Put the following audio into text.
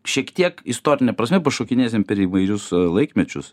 šiek tiek istorine prasme pašokinėsim per įvairius laikmečius